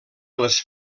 les